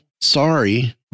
Sorry